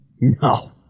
No